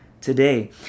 today